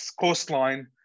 coastline